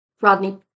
Rodney